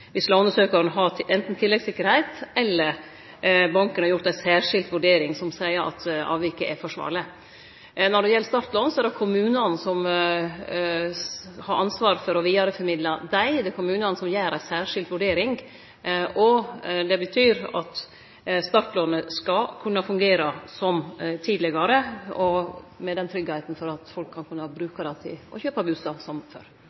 tilleggssikkerheit eller banken har gjort ei særskilt vurdering som seier at avviket er forsvarleg. Når det gjeld startlån, er det kommunane som har ansvaret for å vidareformidle dei. Det er kommunane som gjer ei særskilt vurdering. Det betyr at startlånet skal kunne fungere som tidlegare, med tryggleik for at folk skal bruke det til å kjøpe bustad som